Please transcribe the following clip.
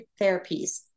therapies